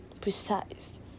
precise